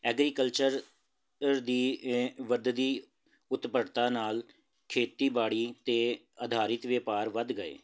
agriculture ਅ ਦੀ ਵੱਧਦੀ ਉਤਪੱਤਾ ਨਾਲ ਖੇਤੀਬਾੜੀ 'ਤੇ ਅਧਾਰਿਤ ਵਪਾਰ ਵੱਧ ਗਏ